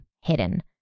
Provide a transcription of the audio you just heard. hidden